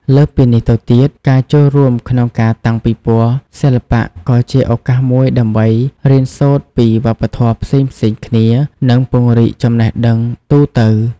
លើសពីនេះទៀត ការចូលរួមក្នុងការតាំងពិពណ៌សិល្បៈក៏ជាឱកាសមួយដើម្បីរៀនសូត្រពីវប្បធម៌ផ្សេងៗគ្នា និងពង្រីកចំណេះដឹងទូទៅ។